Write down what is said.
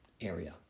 area